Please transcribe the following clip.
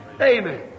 Amen